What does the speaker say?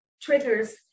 triggers